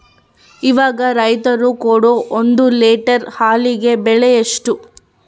ಇವಾಗ ರೈತರು ಕೊಡೊ ಒಂದು ಲೇಟರ್ ಹಾಲಿಗೆ ಬೆಲೆ ಎಷ್ಟು?